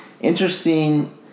Interesting